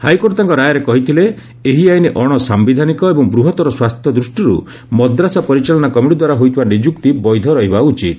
high court ତାଙ୍କ ରାୟରେ କହିଥିଲେ ଏହି ଆଇନ ଅଣସାୟିଧାନିକ ଏବଂ ବୃହତ୍ତର ସ୍ୱାର୍ଥ ଦୃଷ୍ଟିରୁ ମଦ୍ରାସା ପରିଚାଳନା କମିଟିଦ୍ୱାରା ହୋଇଥିବା ନିଯୁକ୍ତି ବୈଧ ରହିବା ଉଚିତ